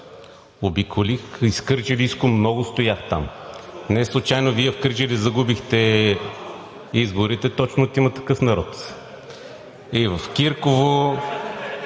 Обиколих из Кърджалийско, много стоях там. Неслучайно Вие в Кърджали загубихте изборите точно от „Има такъв народ“ – и в Кирково,